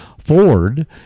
Ford